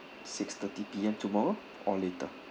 six-thirty P_M tomorrow or later